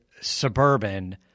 suburban